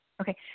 Okay